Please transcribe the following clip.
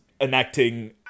enacting